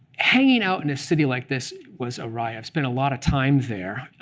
hanging out in a city like this was a ride. i've spent a lot of time there.